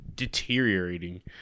deteriorating